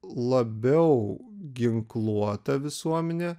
labiau ginkluota visuominė